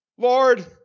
Lord